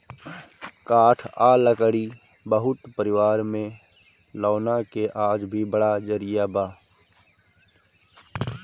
काठ आ लकड़ी बहुत परिवार में लौना के आज भी बड़ा जरिया बा